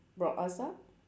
brought us up